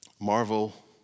Marvel